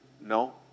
No